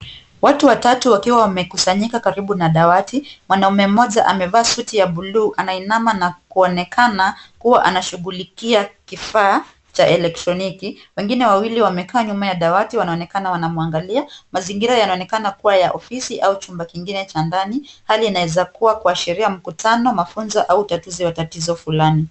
Watu watatu wakiwa wamekusanyika karibu na dawati. Mwanaume mmoja amevaa suti ya buluu anainama na kuonekana kuwa anashughulikia kifaa cha elektroniki . Wengine wawili wamekaa nyuma ya dawati wanaonekana wanamwangalia. Mazingira yanaonekana kuwa ya ofisi au chumba kingine cha ndani. Hali inaweza kuwa ya kuashiria mkutano, mafunzo au utatuzi wa tatizo fulani.